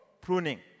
pruning